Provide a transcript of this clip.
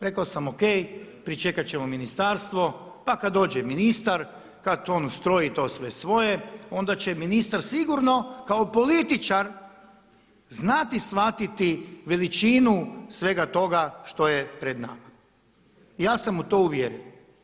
Rekao sam ok, pričekati ćemo ministarstvo pa kada dođe ministar, kada on ustroji to sve svoje onda će ministar sigurno kao političar znati shvatiti veličinu svega toga što je pred nama, ja sam u to uvjeren.